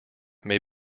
may